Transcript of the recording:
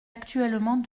actuellement